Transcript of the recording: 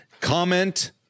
comment